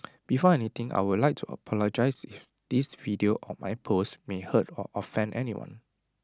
before anything I would like to apologise if this video or my post may hurt or offend anyone